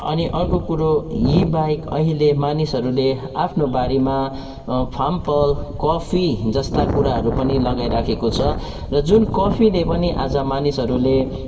अनि अर्को कुरो यीबाहेक अहिले मानिसहरूले आफ्नो बारीमा फामफल कफी जस्ता कुराहरू पनि लगाइरहेको छ र जुन कफीले पनि आज मानिसहरूले